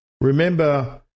Remember